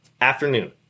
afternoon